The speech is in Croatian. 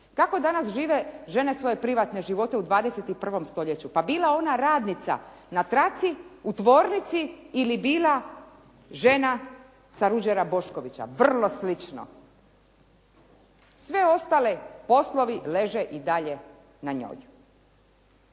Kako danas žive žene svoje privatne živote u 21. stoljeću? Pa bila ona radnica na traci, u tvornici ili bila žena sa "Ruđera Boškovića", vrlo slično. Svi ostali poslovi leže i dalje na njoj.